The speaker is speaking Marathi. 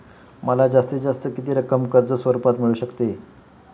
मला जास्तीत जास्त किती रक्कम कर्ज स्वरूपात मिळू शकते?